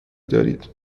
دارید